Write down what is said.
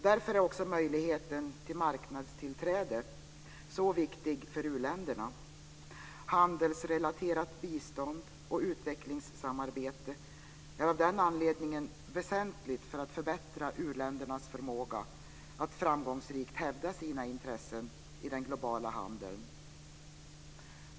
Därför är också möjligheten till marknadstillträde så viktig för u-länderna. Handelsrelaterat bistånd och utvecklingssamarbete är av den anledningen väsentligt för att u-länderna ska kunna förbättra sin förmåga att framgångsrikt hävda sina intressen i den globala handeln.